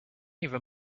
even